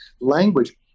language